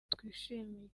twishimiye